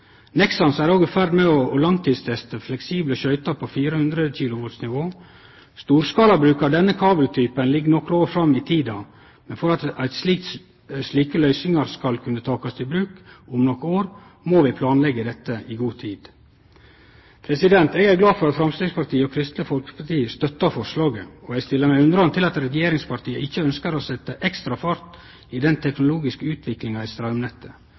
er det på 420 kV. Nexans er òg i ferd med å langtidsteste fleksible skøytar på 400 kV-nivå. Storskalabruk av denne kabeltypen ligg nokre år fram i tid, men for at slike løysingar skal kunne takast i bruk om nokre år, må vi planleggje dette i god tid. Eg er glad for at Framstegspartiet og Kristeleg Folkeparti støttar forslaget, og stiller meg undrande til at regjeringspartia ikkje ønskjer å setje ekstra fart i den teknologiske utviklinga i straumnettet.